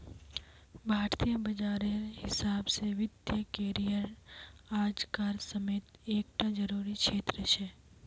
भारतीय बाजारेर हिसाब से वित्तिय करिएर आज कार समयेत एक टा ज़रूरी क्षेत्र छे